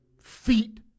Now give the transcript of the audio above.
feet